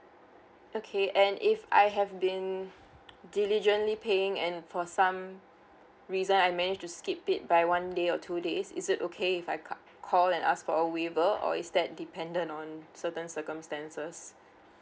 okay and if I have been diligently paying and for some reason I managed to skip it by one day or two days is it okay if I cut call and ask for a waiver or is that dependent on certain circumstances